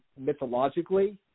mythologically